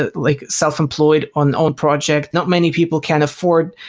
ah like self-employed on old project. not many people can afford,